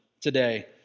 today